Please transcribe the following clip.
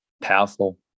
powerful